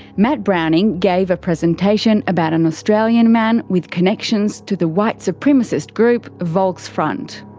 matt browning gave a presentation about an australian man with connections to the white supremacist group, volksfront.